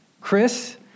Chris